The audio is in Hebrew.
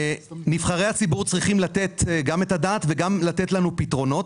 ונבחרי הציבור צריכים לתת גם את הדעת וגם לתת לנו פתרונות.